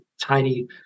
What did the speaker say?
tiny